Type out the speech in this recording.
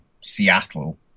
Seattle